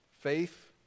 Faith